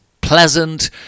pleasant